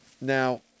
Now